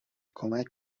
کمک